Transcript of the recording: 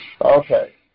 Okay